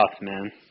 man